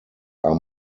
are